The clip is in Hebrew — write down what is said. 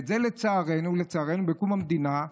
לצערנו, עם קום המדינה,